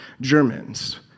Germans